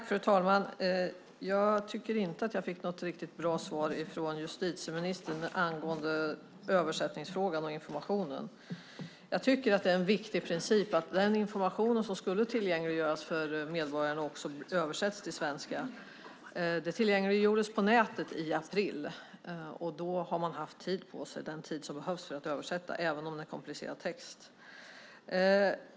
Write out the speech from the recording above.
Fru talman! Jag tycker inte att jag fick något riktigt bra svar från justitieministern angående översättningsfrågan och informationen. Jag tycker att det är en viktig princip att den information som skulle tillgängliggöras för medborgarna också översätts till svenska. Detta tillgängliggjordes på nätet i april. Man har haft tid på sig - den tid som behövs för att översätta även om det är en komplicerad text.